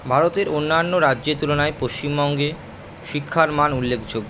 ভারতের অন্যান্য রাজ্যের তুলনায় পশ্চিমবঙ্গে শিক্ষার মান উল্লেখযোগ্য